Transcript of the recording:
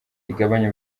igabanya